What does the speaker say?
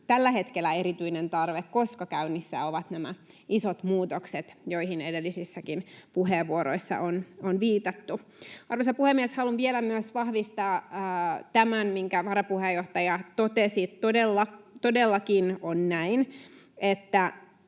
tällä hetkellä erityinen tarve, koska käynnissä ovat nämä isot muutokset, joihin edellisissäkin puheenvuoroissa on viitattu. Arvoisa puhemies! Haluan vielä myös vahvistaa tämän, minkä varapuheenjohtaja totesi, että todellakin on näin, että